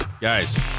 guys